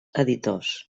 editors